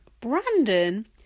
brandon